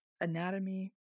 Anatomy